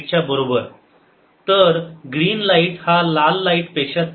8 तर green light हा लाल लाईट पेक्षा 3